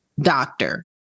doctor